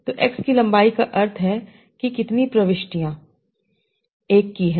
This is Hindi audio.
तो X की लंबाई का अर्थ है कि कितनी प्रविष्टियाँ 1 की है